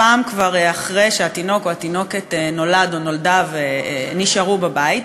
הפעם כבר אחרי שהתינוק או התינוקת נולד או נולדה ונשאר או נשארה בבית,